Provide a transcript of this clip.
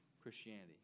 Christianity